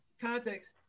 context